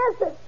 Yes